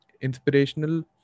inspirational